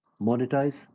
monetize